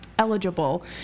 eligible